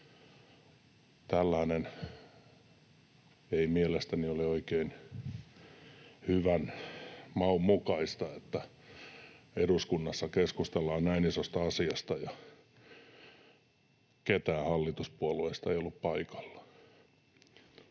Tällainen ei mielestäni ole oikein hyvän maun mukaista, että eduskunnassa keskustellaan näin isosta asiasta ja ketään hallituspuolueista ei ollut paikalla.